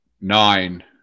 Nine